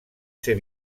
ser